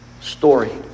story